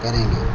करेंगे